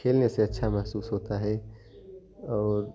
खेलने से अच्छा महसूस होता है और